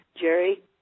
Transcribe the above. Jerry